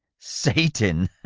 satan!